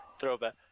Throwback